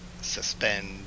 Suspend